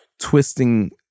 twisting